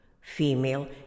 Female